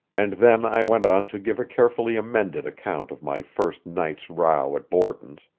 and then i went on to give a carefully amended account of my first night's row at borton's,